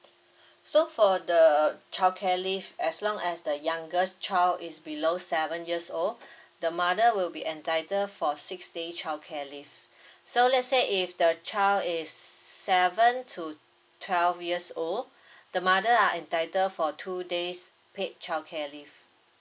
so for the childcare leave as long as the youngest child is below seven years old the mother will be entitled for six day childcare leave so let's say if the child is seven to twelve years old the mother are entitle for two days paid childcare leave